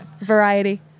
Variety